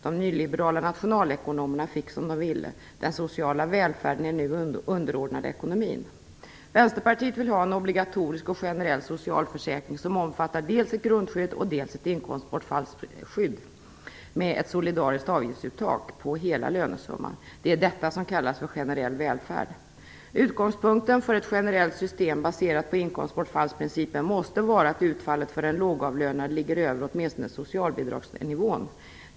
De nyliberala nationalekonomerna fick som de ville: Den sociala välfärden är nu underordnad ekonomin. Vänsterpartiet vill ha en obligatorisk och generell socialförsäkring som omfattar dels ett grundskydd och dels ett inkomstbortfallsskydd med ett solidariskt avgiftsuttag på hela lönesumman. Det är detta som kallas för generell välfärd. Utgångspunkten för ett generellt system baserat på inkomstbortfallsprincipen måste vara att utfallet för en lågavlönad ligger över åtminstone socialbidragsnivån.